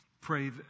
pray